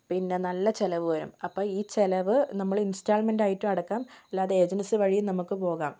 പിന്നേ നല്ല ചിലവ് വേണം അപ്പം ഈ ചിലവ് നമ്മള് ഇൻസ്റ്റാൾമെൻറ്റായിട്ടും അടക്കാം അല്ലാതെ ഏജൻസി വഴിയും നമുക്ക് പോകാം